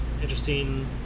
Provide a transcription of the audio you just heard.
interesting